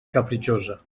capritxosa